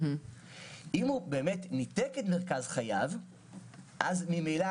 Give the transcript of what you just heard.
אם הוא ניתק את מרכז חייו אז ממילא